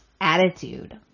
attitude